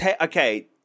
Okay